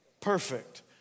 Perfect